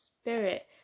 spirit